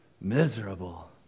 miserable